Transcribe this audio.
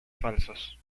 falsos